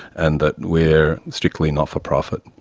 and that we are strictly not-for-profit.